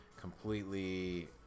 completely